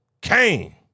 Kane